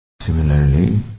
Similarly